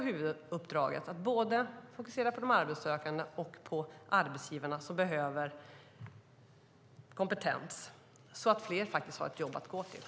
Huvuduppdraget är att fokusera på de arbetssökande och på arbetsgivarna som behöver kompetens, så att fler kan ha ett jobb att gå till.